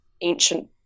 ancient